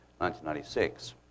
1996